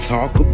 Talk